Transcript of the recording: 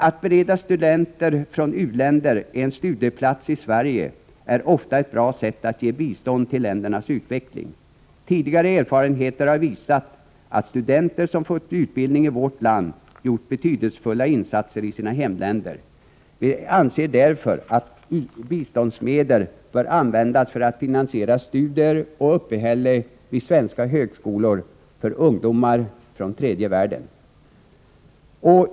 Att bereda studenter från u-länder en studieplats i Sverige är ofta ett bra sätt att ge bistånd till ländernas utveckling. Tidigare erfarenheter har visat att studenter som fått utbildning i vårt land gjort betydelsefulla insatser i sina hemländer. Vi anser därför att biståndsmedel bör användas för att finansiera studier och uppehälle vid svenska högskolor för ungdomar från tredje världen.